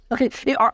okay